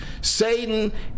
Satan